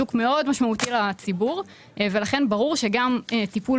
שוק מאוד משמעותי לציבור ולכן ברור שגם טיפול